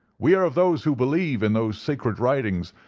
we are of those who believe in those sacred writings,